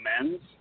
amends